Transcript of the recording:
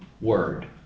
Word